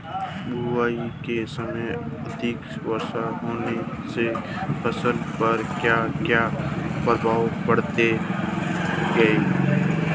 बुआई के समय अधिक वर्षा होने से फसल पर क्या क्या प्रभाव पड़ेगा?